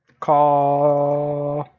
call.